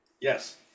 Yes